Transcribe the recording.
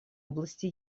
области